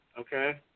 okay